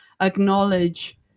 acknowledge